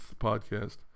podcast